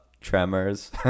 tremors